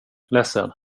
ledsen